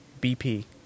B-P